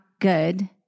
good